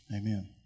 Amen